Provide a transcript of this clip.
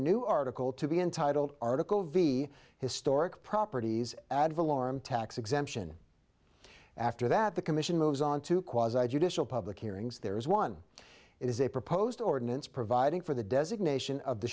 new article to be entitled article v historic properties advil arm tax exemption after that the commission moves on to qualify judicial public hearings there is one is a proposed ordinance providing for the designation of the